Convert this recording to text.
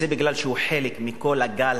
זה חלק מכל הגל,